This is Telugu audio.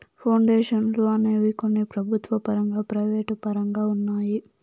పౌండేషన్లు అనేవి కొన్ని ప్రభుత్వ పరంగా ప్రైవేటు పరంగా ఉన్నాయి